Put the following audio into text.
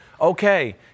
okay